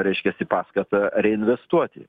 reiškiasi paskatą reinvestuoti